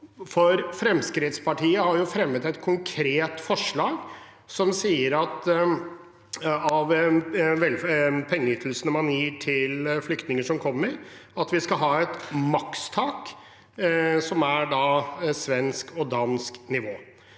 sal. Fremskrittspartiet har fremmet et konkret forslag om at pengeytelsene man gir til flyktninger som kommer, skal ha et makstak som er på svensk og dansk nivå.